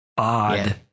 odd